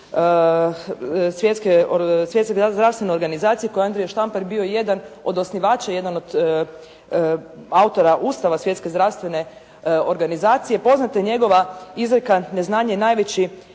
Svjetske zdravstvene organizacije gdje je Andrija Štampar bio jedan od osnivača, jedan od autora Ustava Svjetske zdravstvene organizacije. Poznata je njegova izreka: „Neznanje je najveći